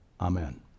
Amen